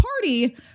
party